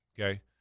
okay